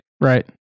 Right